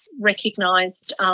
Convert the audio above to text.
recognised